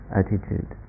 attitude